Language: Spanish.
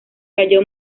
cayó